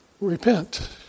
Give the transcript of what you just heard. repent